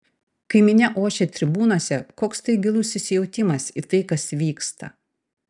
kai minia ošia tribūnose koks tai gilus įsijautimas į tai kas vyksta